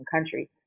country